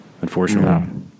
Unfortunately